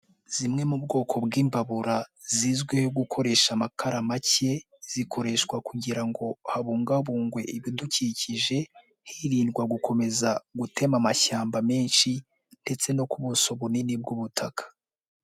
Zimwe mu bwoko bw'imbabura zizwiho gukoresha amakara make, zikoreshwa kugira ngo habugwabungwe ibidukikije, hirindwa gukomeza gutema amashyamba menshi ndetse no ku buso bunini bw'ubutaka.